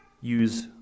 use